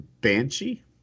Banshee